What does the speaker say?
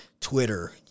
Twitter